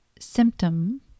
Symptom